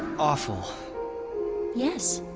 awful yes.